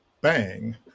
bang